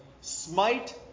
smite